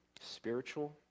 spiritual